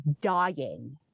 dying